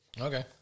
Okay